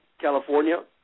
California